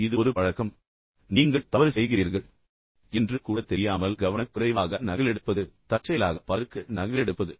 எனவே இது ஒரு பழக்கம் நீங்கள் தவறு செய்கிறீர்கள் என்று கூட தெரியாமல் கவனக்குறைவாக நகலெடுப்பது தற்செயலாக பலருக்கு நகலெடுப்பது